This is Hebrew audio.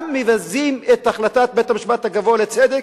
גם מבזים את החלטת בית-המשפט הגבוה לצדק,